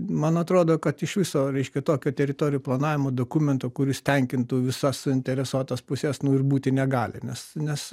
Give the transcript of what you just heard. man atrodo kad iš viso reiškia tokio teritorijų planavimo dokumento kuris tenkintų visas suinteresuotas puses nu ir būti negali nes nes